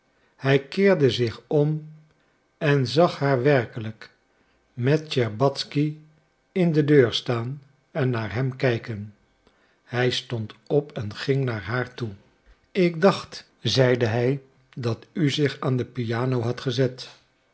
hij keerde zich om en zag haar werkelijk met tscherbatzky in de deur staan en naar hem kijken hij stond op en ging naar haar toe ik dacht zeide hij dat u zich aan de piano had gezet